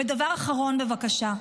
ודבר אחרון, בבקשה,